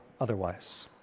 otherwise